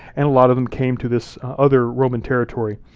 and a lot of them came to this other roman territory.